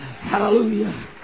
Hallelujah